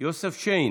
יוסף שיין,